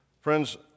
Friends